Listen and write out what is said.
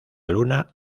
luna